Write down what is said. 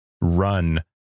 run